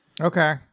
Okay